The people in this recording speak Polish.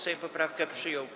Sejm poprawkę przyjął.